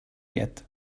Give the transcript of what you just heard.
yet